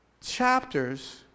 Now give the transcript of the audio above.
chapters